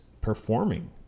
performing